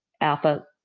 Alpha